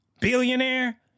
billionaire